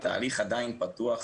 התהליך עדין פתוח